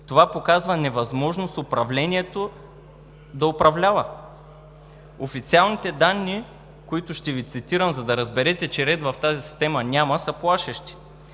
Това показва невъзможност управлението да управлява. Официалните данни, които ще Ви цитирам, за да разберете, че ред в тази система няма, са плашещи.